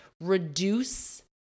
reduce